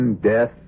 Death